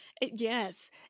yes